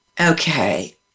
Okay